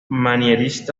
proporciones